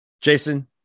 Jason